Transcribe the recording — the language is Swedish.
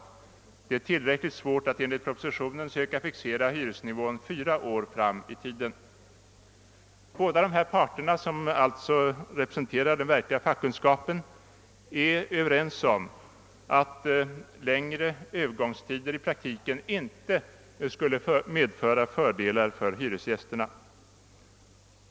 Det är tillräckligt svårt att enligt propositionen söka fixera hyresnivån 4 år fram i tiden.» Båda dessa parter, som representerar den verkliga fackkunskapen, är alltså överens om att längre övergångstider i praktiken inte skulle medföra fördelar för hyresgästerna.